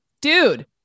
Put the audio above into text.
dude